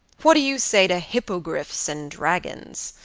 what do you say to hippogriffs and dragons?